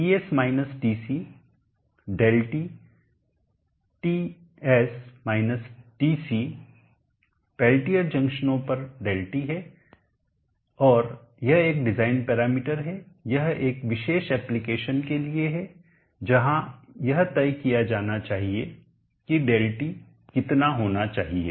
TS minus TC ΔT T TS minus TC Peltier जंक्शनों पर ΔT है और यह एक डिज़ाइन पैरामीटर है यह एक विशेष एप्लिकेशन के लिए है जहां यह तय किया जाना चाहिए कि ΔT कितना होना चाहिए